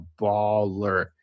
baller